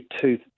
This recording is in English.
two